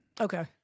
Okay